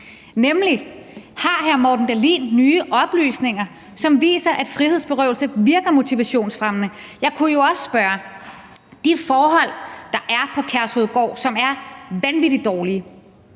nemlig: Har hr. Morten Dahlin nye oplysninger, som viser, at frihedsberøvelse virker motivationsfremmende? Jeg kunne jo også spørge: Hvor mange har man på grund af de forhold, der er på Kærshovedgård, og som er vanvittig dårlige,